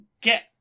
get